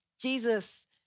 Jesus